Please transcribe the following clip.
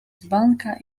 dzbanka